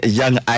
young